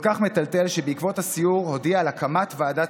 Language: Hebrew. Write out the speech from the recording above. כל כך מטלטל שבעקבות הסיור הודיע על הקמת ועדת